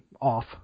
off